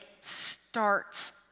starts